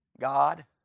God